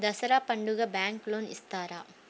దసరా పండుగ bank loan ఇస్తారా?